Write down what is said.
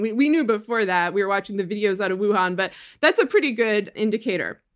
we we knew before that. we were watching the videos out of wuhan. but that's a pretty good indicator.